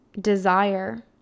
desire